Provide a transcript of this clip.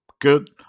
good